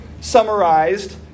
summarized